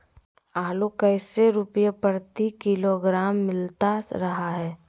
आलू कैसे रुपए प्रति किलोग्राम मिलता रहा है?